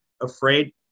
afraid